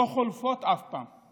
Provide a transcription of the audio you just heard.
לא חולפות אף פעם.